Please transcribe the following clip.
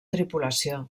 tripulació